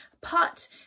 pot